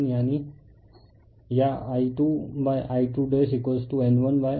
यानी I2I2N2N1या I2I2N1N2